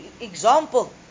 example